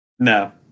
No